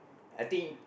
I think